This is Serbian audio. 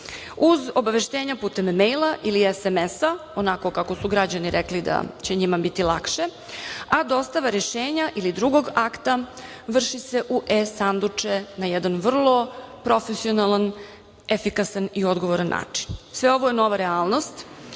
uz obaveštenja putem mejla ili SMS-a, onako kako su građani rekli da će njima biti lakše, a dostave rešenja ili drugog akta vrši se u e-sanduče na jedan vrlo profesionalan, efikasan i odgovoran način. Sve ovo je nova realnost.